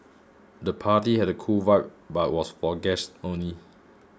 the party had a cool vibe but was for guests only